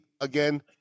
again